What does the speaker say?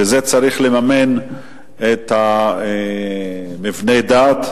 וזה צריך לממן את מבני הדת,